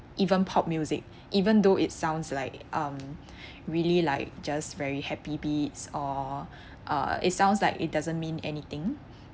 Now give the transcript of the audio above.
even pop music even though it sounds like um really like just very happy beats or uh it sounds like it doesn't mean anything